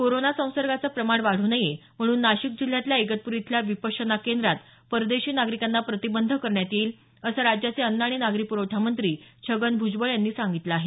कोरोनाच्या संसर्गाचं प्रमाण वाढू नये म्हणून नाशिक जिल्ह्यातल्या इगतप्री इथल्या विपश्यना केंद्रात परदेशी नागरिकांना प्रतिबंध करण्यात येईल असं राज्याचे अन्न आणि नागरी प्रवठा मंत्री छगन भ्जबळ यांनी सांगितलं आहे